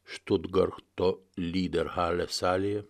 štutgarto lyderhale salėje